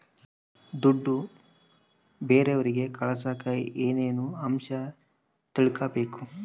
ದುಡ್ಡು ಬೇರೆಯವರಿಗೆ ಕಳಸಾಕ ಏನೇನು ಅಂಶ ತಿಳಕಬೇಕು?